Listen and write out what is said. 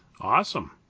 Awesome